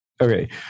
okay